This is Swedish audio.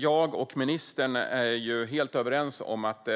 Jag och ministern är helt överens om att